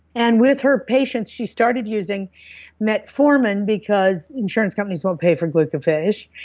and with her patients she started using metformin because insurance companies won't pay for glucophage,